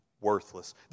worthless